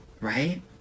right